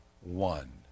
one